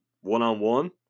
one-on-one